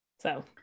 So-